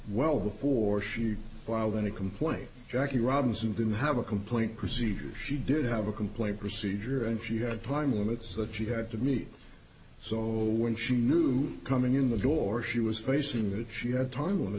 well before she filed any complaint jackie robinson didn't have a complaint procedures she did have a complaint procedure and she had time limits that she had to meet so when she knew coming in the door she was facing that she had time